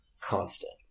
constant